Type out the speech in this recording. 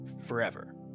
forever